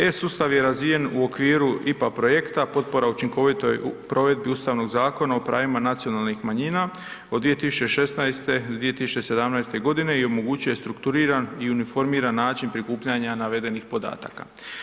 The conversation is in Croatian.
E-sustav je razvijen u okviru IPA projekta, potpora učinkovitoj provedbi Ustavnog zakona o pravima nacionalnih manjina od 2016. do 2017. g. i omogućuje strukturiran i uniformiran način prikupljanja navedenih podataka.